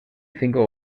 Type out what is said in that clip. cinco